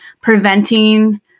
preventing